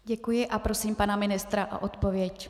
Děkuji a prosím pana ministra o odpověď.